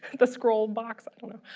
the scroll box? i don't know